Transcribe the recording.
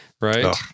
right